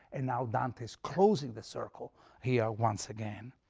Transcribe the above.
and now dante is closing the circle here once again.